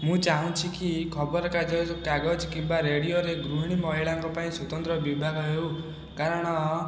ମୁଁ ଚାଁହୁଛିକି ଖବର କାଗଜ କିମ୍ବା ରେଡ଼ିଓରେ ଗୃହିଣୀ ମହିଳାଙ୍କ ପାଇଁ ସ୍ୱତନ୍ତ୍ର ବିଭାଗ ହେଉ କାରଣ